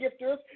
gifters